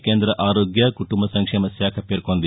కేంద్ర ఆరోగ్య కుటుంబ సంక్షేమ శాఖ పేర్కొంది